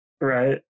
Right